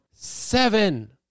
seven